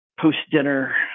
post-dinner